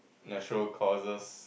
natural causes